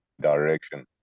direction